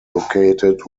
located